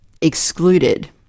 excluded